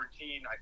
routine